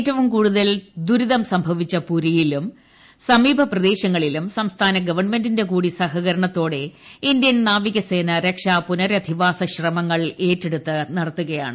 ഏറ്റവും കൂടുതൽ ദുരിതം സംഭവിച്ച പുരിയിലും സമീപ പ്രദേശങ്ങളിലും ഗവൺമെന്റിന്റെ സംസ്ഥാന കൂടി സഹകരണത്തോടെ ഇന്ത്യൻ നാവികസേന രക്ഷാ പുനരധിവാസ ശ്രമങ്ങൾ ഏറ്റെടുത്ത് നടത്തുകയാണ്